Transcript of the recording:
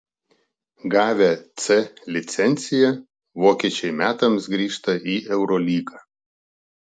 gavę c licenciją vokiečiai metams grįžta į eurolygą